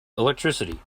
electricity